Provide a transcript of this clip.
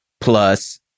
plus